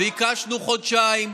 ביקשנו חודשיים,